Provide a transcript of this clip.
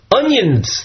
onions